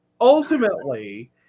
ultimately